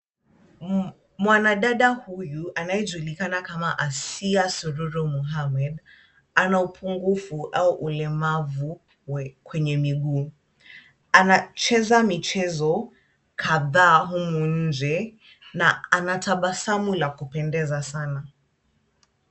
Mwanadada huyu anayejulikana kama Asiya Sururu Mohammed ana upungufu au ulemavu kwenye miguu. Anacheza michezo kadhaa humu nje na ana tabasamu la kupendeza sana.